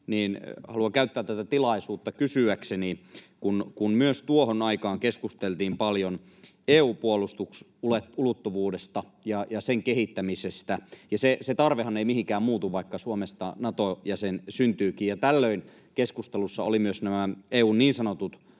haluan käyttää tätä tilaisuutta kysyäkseni, koska myös tuohon aikaan keskusteltiin paljon EU:n puolustusulottuvuudesta ja sen kehittämisestä, ja se tarvehan ei mihinkään muutu, vaikka Suomesta Nato-jäsen syntyykin. Tällöin keskustelussa olivat myös nämä EU:n niin sanotut